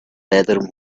bedroom